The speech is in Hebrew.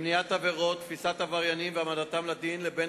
למניעת עבירות ולתפיסת עבריינים והעמדתם לדין לבין